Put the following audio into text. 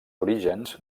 orígens